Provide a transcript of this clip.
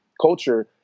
culture